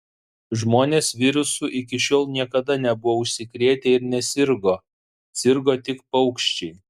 žmonės virusu iki šiol niekada nebuvo užsikrėtę ir nesirgo sirgo tik paukščiai